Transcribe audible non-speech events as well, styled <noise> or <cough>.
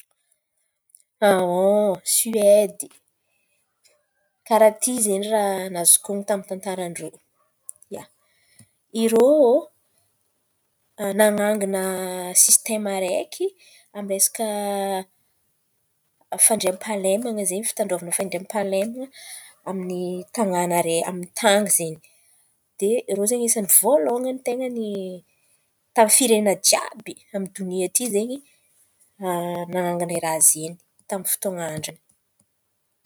<hesitation> Soedy, karàha ity zen̈y raha nazoko honon̈o tamin'ny tantaran-drô. Ia, irô nanangan̈a sistemy araiky amin'ny resaka fandriampahaleman̈a izen̈y fitandrovam-pahaleman̈a zen̈y amin'ny tan̈àna araiky amin'ny tan̈y izen̈y. De irô anisan̈y voalohan̈y ten̈a ny tamin'ny firenena jiàby amin'ny olona ity izen̈y nanangana e! Raha izen̈y tamin'ny fotoan̈a ny andra io.